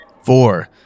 Four